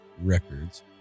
records